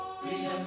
Freedom